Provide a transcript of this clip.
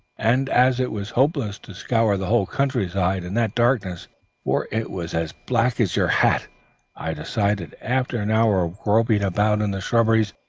and as it was hopeless to scour the whole country side in that darkness for it was as black as your hat i decided, after an hour of groping about in the shrubberies,